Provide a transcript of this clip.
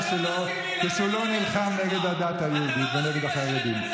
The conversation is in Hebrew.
שלו כשהוא לא נלחם נגד הדת היהודית ונגד החרדים.